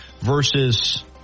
versus